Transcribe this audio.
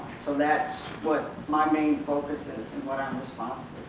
so that's what my main focus is and what i'm responsible